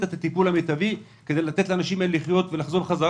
את הטיפול המיטבי כדי לאפשר לאנשים האלה לחזור לחיות.